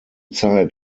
zeit